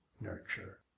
nurture